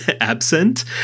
absent